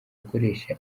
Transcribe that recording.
gukoresha